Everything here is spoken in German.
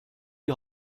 die